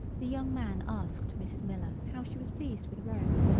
the young man asked mrs. miller how she was pleased with rome.